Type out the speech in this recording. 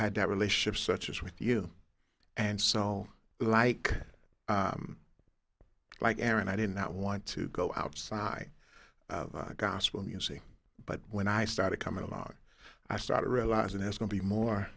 had that relationship such as with you and so like like aaron i did not want to go outside gospel music but when i started coming along i started realizing there's going to be more